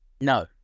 No